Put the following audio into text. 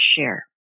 share